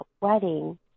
wedding